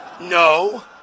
No